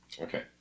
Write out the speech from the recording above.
Okay